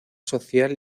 social